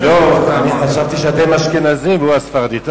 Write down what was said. לא, אני חשבתי שאתם האשכנזים והוא הספרדי.